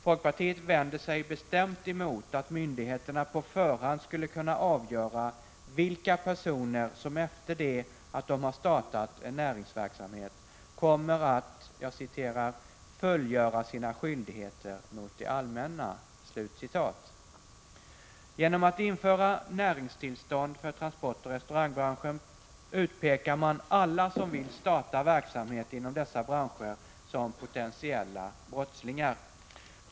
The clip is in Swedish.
Folkpartiet vänder sig bestämt emot att myndigheterna på förhand skall kunna avgöra vilka personer som efter det att de har startat en näringsverksamhet kommer att ”fullgöra sina skyldigheter mot det allmänna”. Genom att införa näringstillstånd för transportbranschen och restaurangbranschen utpekar man alla som vill starta verksamhet inom dessa branscher som potentiella brottslingar.